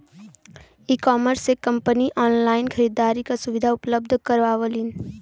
ecommerce से company online खरीदारी क सुविधा उपलब्ध करावलीन